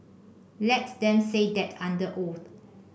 let them say that under oath